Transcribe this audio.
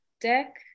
deck